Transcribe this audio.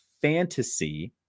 Fantasy